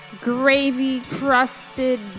gravy-crusted